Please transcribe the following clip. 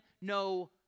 no